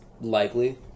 likely